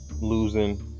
losing